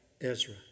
Ezra